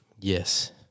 Yes